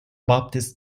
baptist